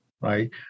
right